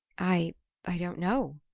i i don't know,